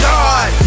God